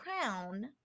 crown